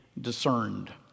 discerned